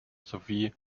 sowie